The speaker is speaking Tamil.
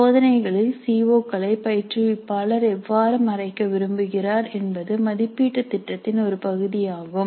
சோதனைகளில் சி ஓ களை பயிற்றுவிப்பாளர் எவ்வாறு மறைக்க விரும்புகிறார் என்பது மதிப்பீட்டு திட்டத்தின் ஒரு பகுதியாகும்